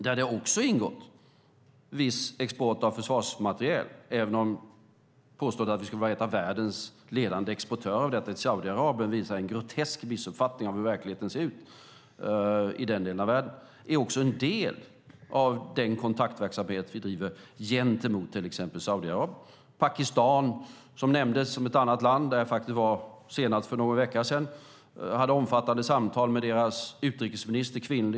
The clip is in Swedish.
Där ingår också viss export av försvarsmateriel, även om påståendet att vi skulle vara en av världens ledande exportörer till Saudiarabien visar en grotesk missuppfattning av hur verkligheten ser ut i den delen av världen. Det är också en del av den kontaktverksamhet vi bedriver gentemot till exempel Saudiarabien. I Pakistan, ett annat land som nämndes, var jag senast för någon vecka sedan och hade omfattande samtal med deras kvinnliga utrikesminister.